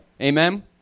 Amen